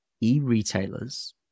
e-retailers